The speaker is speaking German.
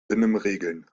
benimmregeln